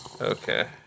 Okay